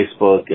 Facebook